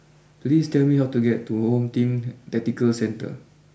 please tell me how to get to Home Team Tactical Centre